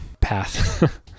path